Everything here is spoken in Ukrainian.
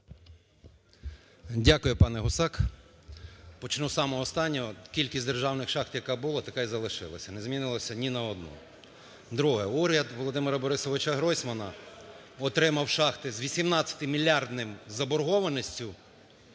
Дякую, пане Гусак. Почну з самого останнього. Кількість державних шахт яка була, така й залишилась, не змінилась ні на одну. Друге. Уряд Володимира БорисовичаГройсмана отримав шахти з 18-мільярдною заборгованістю